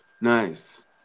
Nice